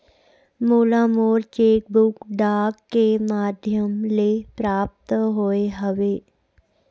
मोला मोर cheque book डाक के मध्याम ले प्राप्त होय हवे